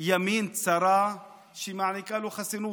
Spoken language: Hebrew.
ימין צרה שמעניקה לו חסינות.